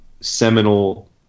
seminal